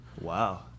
Wow